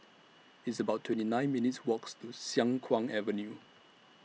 It's about twenty nine minutes' Walks to Siang Kuang Avenue